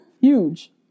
huge